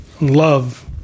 love